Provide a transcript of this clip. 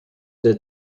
der